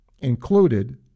included